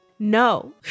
No